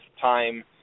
Time